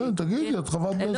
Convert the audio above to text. כן, תגידי את חברת כנסת.